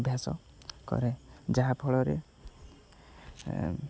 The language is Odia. ଅଭ୍ୟାସ କରେ ଯାହାଫଳରେ